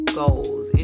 goals